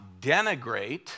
denigrate